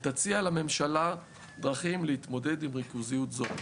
ותציע לממשלה דרכים להתמודד עם ריכוזיות זו.